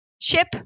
ship